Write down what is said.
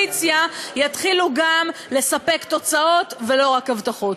יתחילו גם לספק תוצאות ולא רק הבטחות.